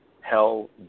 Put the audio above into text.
hell